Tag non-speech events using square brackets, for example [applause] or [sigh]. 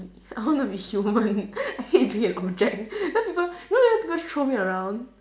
I want to be human [laughs] I hate being an object later people you know later people throw me around